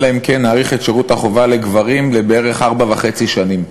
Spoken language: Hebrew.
אלא אם כן נאריך את שירות החובה לגברים בערך לארבע שנים וחצי.